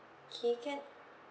K can